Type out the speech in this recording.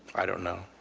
i don't know.